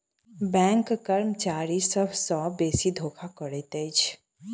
bank कर्मचारी सभ सॅ बेसी बैंक धोखा करैत अछि